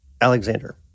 Alexander